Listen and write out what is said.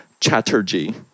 Chatterjee